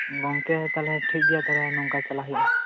ᱜᱚᱝᱠᱮ ᱛᱟᱞᱦᱮ ᱴᱷᱤᱠᱜᱮᱭᱟ ᱛᱟᱞᱦᱮ ᱱᱚᱝᱠᱟ ᱪᱟᱞᱟᱜ ᱦᱩᱭᱩᱜ ᱟ